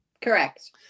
Correct